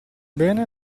bene